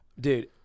dude